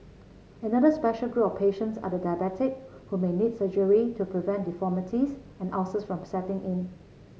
another special group of patients are the diabetic who may need surgery to prevent deformities and ulcers from setting in